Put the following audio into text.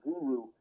guru